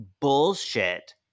bullshit